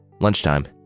lunchtime